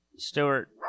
Stewart